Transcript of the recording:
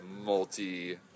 multi